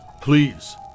Please